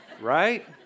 Right